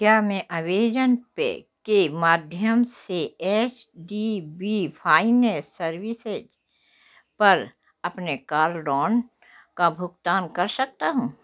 क्या मैं Amazon Pay के माध्यम से H D B finance services पर अपने कार लोन का भुगतान कर सकता हूँ